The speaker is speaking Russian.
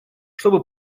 чтобы